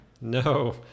No